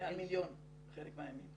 מעל מיליון בחלק מהימים.